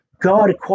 God